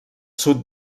sud